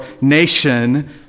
nation